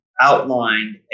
outlined